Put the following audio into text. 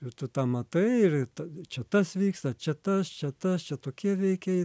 ir tu tą matai ir tada čia tas vyksta čia tas čia tas čia tokie veikėjai